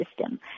system